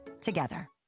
together